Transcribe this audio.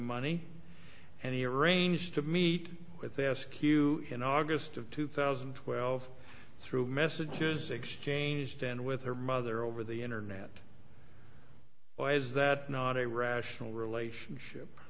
money and he arranged to meet with ask you in august of two thousand and twelve through messages exchanged and with her mother over the internet why is that not a rational relationship